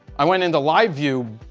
i went into live view,